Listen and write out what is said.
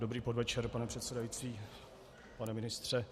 Dobrý podvečer, pane předsedající, pane ministře.